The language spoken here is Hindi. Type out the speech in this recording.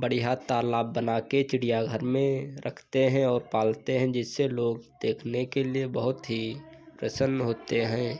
बढ़ियाँ तालाब बनाकर चिड़ियाघर में रखते हैं और पालते हैं जिससे लोग देखने के लिए बहुत ही प्रसन्न होते हैं